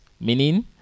Meaning